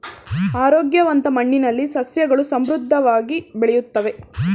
ಆರೋಗ್ಯವಂತ ಮಣ್ಣಿನಲ್ಲಿ ಸಸ್ಯಗಳು ಸಮೃದ್ಧವಾಗಿ ಬೆಳೆಯುತ್ತವೆ